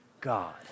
God